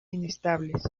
inestables